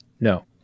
No